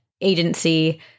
agency